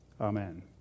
amen